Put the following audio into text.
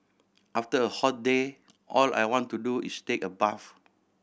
after a hot day all I want to do is take a bath